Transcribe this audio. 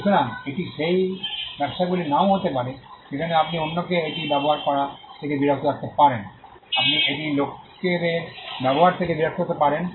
সুতরাং এটি সেই ব্যবসাগুলি নাও হতে পারে যেখানে আপনি অন্যকে এটি ব্যবহার করা থেকে বিরত রাখতে পারেন আপনি এটি লোকেদের ব্যবহার থেকে বিরত রাখতে পারেন